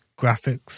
graphics